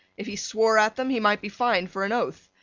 if he swore at them he might be fined for an oath.